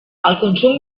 consum